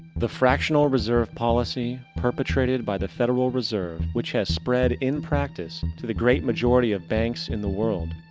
the fractional reserve policy, perpetrated by the federal reserve which has spread in practice to the great majority of banks in the world,